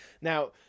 Now